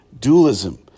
dualism